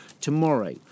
tomorrow